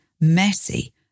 messy